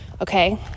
okay